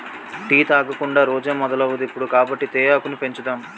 tea తాగకుండా రోజే మొదలవదిప్పుడు కాబట్టి తేయాకును పెంచుదాం